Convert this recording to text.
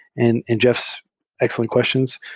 and in jeff's excellent questions.